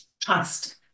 trust